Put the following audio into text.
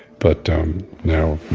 but um now,